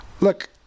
look